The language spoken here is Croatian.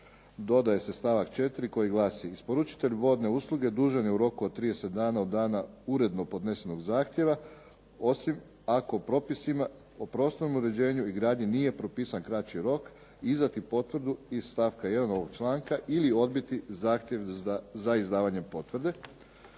dodaje se stavak 4. koji glasi: "isporučitelj vodne usluge dužan je u roku od 30 dana od dana uredno podnesenog zahtjeva, osim ako propisima o prostornom uređenju i gradnji nije propisan kraći rok izdati potvrdu iz stavka 1. ovog članka ili odbiti zahtjev za izdavanje potvrde",